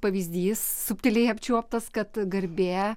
pavyzdys subtiliai apčiuoptas kad garbė